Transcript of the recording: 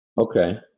Okay